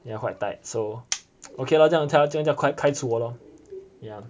they are quite tight so okay lah 这样他这样就开除我 lor ya